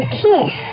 kiss